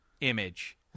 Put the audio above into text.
image